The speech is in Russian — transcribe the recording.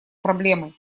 проблемой